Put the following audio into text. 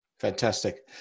Fantastic